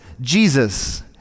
Jesus